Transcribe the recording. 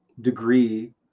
degree